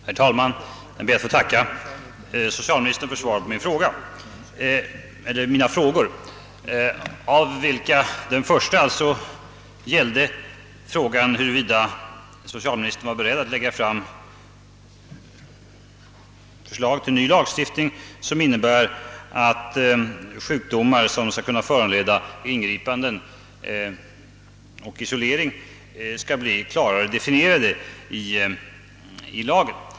Herr talman! Jag ber att få tacka socialministern för svaret på mina frågor, av vilka den första alltså gällde huruvida socialministern var beredd att lägga fram förslag till ny lagstiftning som innebär att sjukdomar, som skall kunna föranleda ingripanden och isolering, skall bli klarare definierade i lagen.